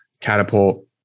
catapult